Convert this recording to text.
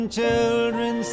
children